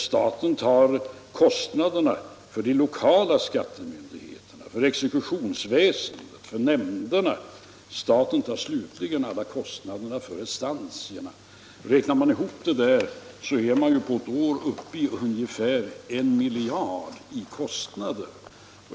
Staten tar kostnaderna för de lokala skattemyndigheterna, för exekutionsväsendet, för nämnderna. Slutligen tar staten alla kostnaderna för restantierna. Räknar man ihop detta, så är man på ett år uppe i ungefär 1 miljard i kostnader.